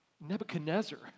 Nebuchadnezzar